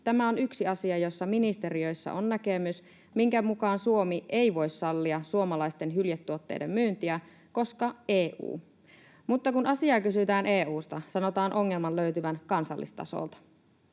Tämä on yksi asia, jossa ministeriöissä on näkemys, minkä mukaan Suomi ei voi sallia suomalaisten hyljetuotteiden myyntiä, koska EU. Mutta kun asiaa kysytään EU:sta, sanotaan ongelman löytyvän kansallistasolta.